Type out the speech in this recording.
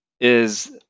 is-